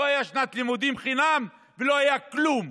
לא הייתה שנת לימודים חינם ולא היה כלום.